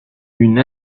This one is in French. une